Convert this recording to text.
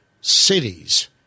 cities